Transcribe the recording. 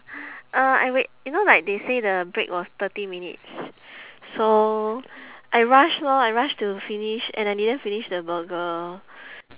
uh I wait you know like they say the break was thirty minutes so I rush lor I rush to finish and I didn't finish the burger